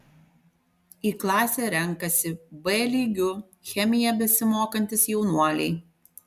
į klasę renkasi b lygiu chemiją besimokantys jaunuoliai